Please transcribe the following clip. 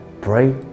pray